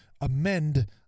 amend